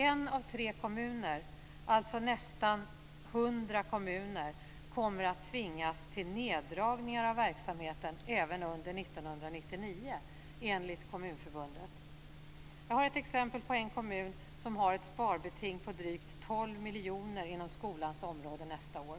En av tre kommuner, alltså nästan 100 kommuner, kommer enligt Kommunförbundet att tvingas till neddragningar av verksamheten även under 1999. Jag har ett exempel på en kommun som har ett sparbeting på drygt 12 miljoner inom skolans område nästa år.